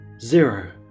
Zero